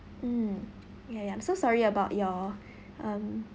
mm ya ya I'm so sorry about your um